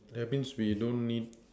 that means we don't need